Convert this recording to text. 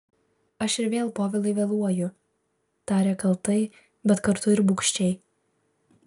aš ir vėl povilai vėluoju tarė kaltai bet kartu ir bugščiai